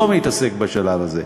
לא מתעסק בשלב הזה.